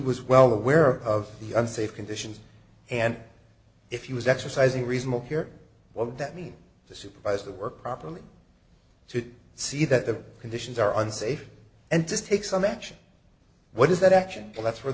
was well aware of the unsafe conditions and if you was exercising reasonable care what would that mean to supervise the work properly to see that the conditions are unsafe and just take some action what does that action that's where